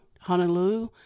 Honolulu